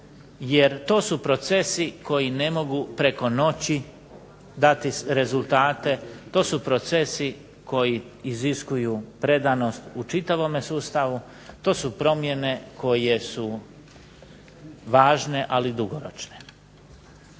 jer to su procesi koji ne mogu preko noći dati rezultate, to su procesi koji iziskuju predanost u čitavome sustavu, to su promjene koje su važne, ali dugoročne.